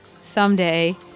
someday